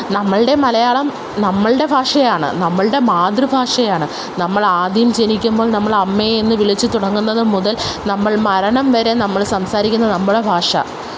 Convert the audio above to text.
നമ്മളുടെ മലയാളം നമ്മളുടെ ഭാഷയാണ് നമ്മളുടെ മാതൃഭാഷയാണ് നമ്മൾ ആദ്യം ജനിക്കുമ്പോള് നമ്മൾ അമ്മയെന്ന് വിളിച്ച് തുടങ്ങുന്നത് മുതല് നമ്മള് മരണം വരെ നമ്മൾ സംസാരിക്കുന്ന നമ്മുടെ ഭാഷ